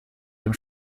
dem